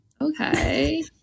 okay